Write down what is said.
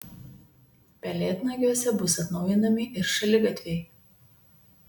pelėdnagiuose bus atnaujinami ir šaligatviai